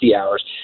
hours